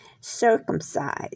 circumcised